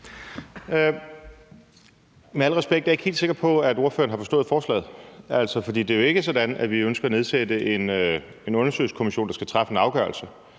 Med al respekt er jeg ikke helt sikker på, at ordføreren har forstået forslaget. For det er jo ikke sådan, at vi ønsker at nedsætte en undersøgelseskommission, der skal træffe en afgørelse.